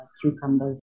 cucumbers